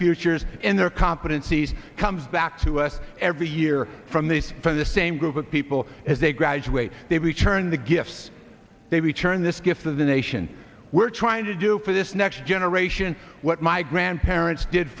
futures in their competencies comes back to us the year from the from the same group of people as they graduate they return the gifts they return this gift to the nation we're trying to do for this next generation what my grandparents did